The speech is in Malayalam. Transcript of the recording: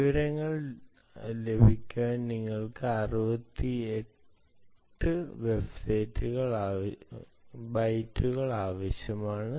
വിവരങ്ങൾ ലഭിക്കാൻ നിങ്ങൾക്ക് 68 ബൈറ്റുകൾ ആവശ്യമാണ്